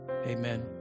Amen